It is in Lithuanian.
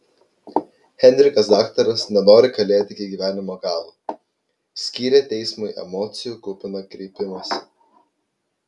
henrikas daktaras nenori kalėti iki gyvenimo galo skyrė teismui emocijų kupiną kreipimąsi